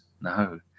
No